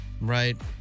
right